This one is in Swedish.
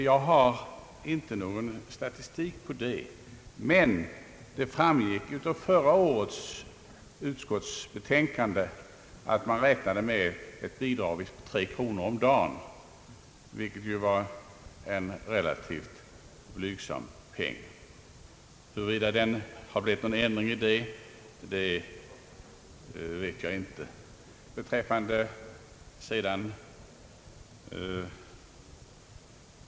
Jag har inte någon statistik på detta, men av förra årets utskottsbetänkande framgick — vill jag minnas — att man räknade med ett bidrag på 3 kronor om dagen, vilket ju var en relativt blygsam peng. Huruvida det blivit någon ändring sedan dess vet jag inte.